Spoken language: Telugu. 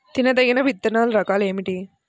తినదగిన విత్తనాల రకాలు ఏమిటి?